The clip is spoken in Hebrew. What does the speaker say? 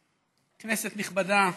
כנסת נכבדה,